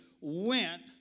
went